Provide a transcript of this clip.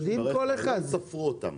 ספרו אותם